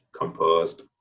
composed